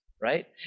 right